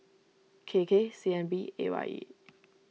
K K C N B A Y E